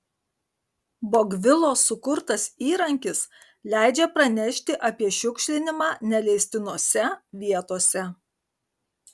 bogvilos sukurtas įrankis leidžia pranešti apie šiukšlinimą neleistinose vietose